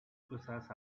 cruzadas